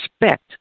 respect